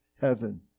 heaven